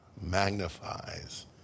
magnifies